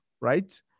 right